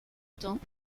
temps